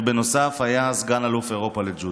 ובנוסף היה סגן אלוף אירופה בג'ודו.